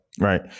right